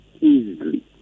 easily